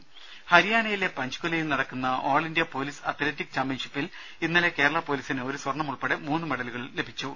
ഒഴ ഹരിയാനയിലെ പഞ്ചകുലയിൽ നടക്കുന്ന all India police athletics ചാമ്പ്യൻഷിപ്പിൽ ഇന്നലെ കേരളാ പൊലീസിന് ഒരു സ്വർണ്ണം ഉൾപ്പെടെ മൂന്ന് മെഡലുകൾ കൂടി ലഭിച്ചു